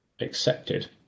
accepted